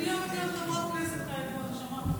אני לא, חברת כנסת, נשמה.